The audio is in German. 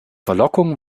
verlockung